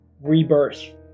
rebirth